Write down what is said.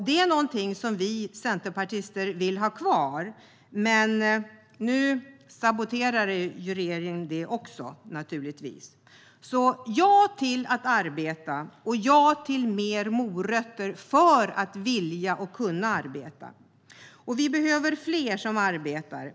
Det vill vi centerpartister ha kvar, men nu saboterar regeringen naturligtvis det. Vi säger ja till att arbeta och ja till fler morötter för att folk ska vilja och kunna arbeta. Vi behöver fler som arbetar.